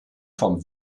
vom